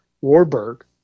Warburg